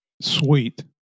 Sweet